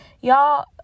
Y'all